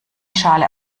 schale